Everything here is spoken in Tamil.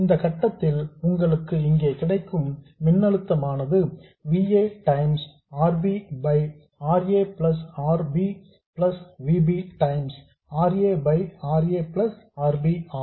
இந்த கட்டத்தில் உங்களுக்கு இங்கே கிடைக்கும் மின்னழுத்தமானது V a times R b by R a plus R b plus V b times R a by R a plus R b ஆகும்